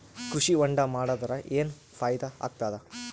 ಕೃಷಿ ಹೊಂಡಾ ಮಾಡದರ ಏನ್ ಫಾಯಿದಾ ಆಗತದ?